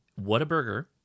whataburger